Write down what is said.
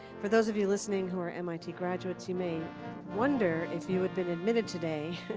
for those of you listening who are mit graduates, you may wonder if you had been admitted today,